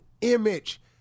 image